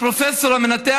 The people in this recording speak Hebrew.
הפרופסור המנתח,